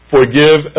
Forgive